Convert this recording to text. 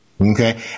Okay